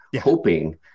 hoping